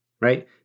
right